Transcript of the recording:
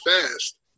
fast